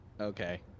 Okay